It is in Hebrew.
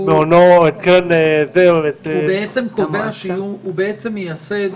הוא בעצם מיישם